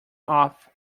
off